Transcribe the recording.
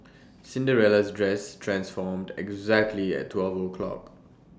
Cinderella's dress transformed exactly at twelve o'clock